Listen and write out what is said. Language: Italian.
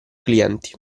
clienti